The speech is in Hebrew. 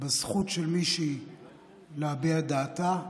בזכות של מישהי להביע את דעתה,